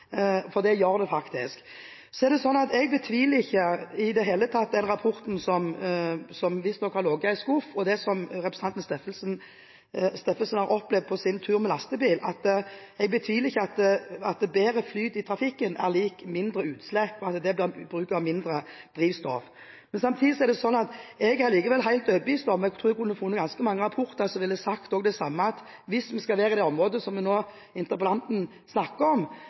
for det gjør det faktisk. Jeg betviler ikke i det hele tatt denne rapporten som visstnok har ligget i en skuff, og det som representanten Steffensen har opplevd på sin tur med lastebil, at bedre flyt i trafikken er lik mindre utslipp, altså at en bruker mindre drivstoff. Samtidig er jeg helt overbevist om – jeg tror jeg kunne ha funnet ganske mange rapporter som hadde sagt det samme – at i det området som interpellanten nå snakker om,